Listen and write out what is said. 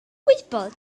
gwybod